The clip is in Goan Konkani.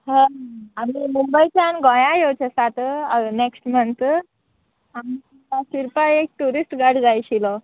हां आमी मुंबयच्यान गोंया येवचे आसात नॅक्स्ट मंथ आमकां फिरपा एक ट्युरिस्ट गायड जाय आशिल्लो